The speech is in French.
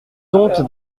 donc